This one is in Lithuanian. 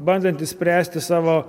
bandant išspręsti savo